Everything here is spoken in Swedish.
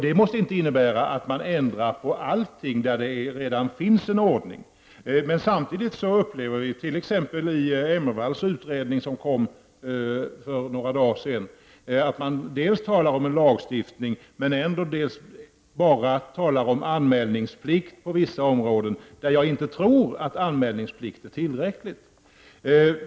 Det behöver inte innebära att man ändrar på allting och på områden där man redan har en tillfredsstäl lande lagstiftning. I Emmervalls utredning, som presenterades för några dagar sedan, talas dels om en lagstiftning, dels om enbart anmälningsplikt på vissa områden, på vilka jag inte tror att en anmälningsplikt är tillräcklig.